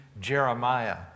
Jeremiah